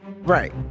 Right